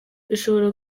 bishobora